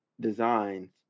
designs